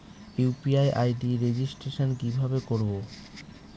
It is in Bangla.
ইউ.পি.আই আই.ডি রেজিস্ট্রেশন কিভাবে করব?